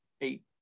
eight